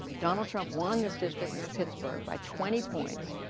donald trump won this district near pittsburgh by twenty points.